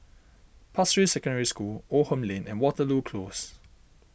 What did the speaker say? Pasir Ris Secondary School Oldham Lane and Waterloo Close